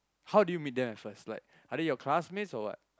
how do you meet they first like are they your classmates or what